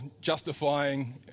justifying